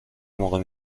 موقع